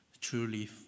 truly